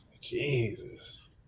Jesus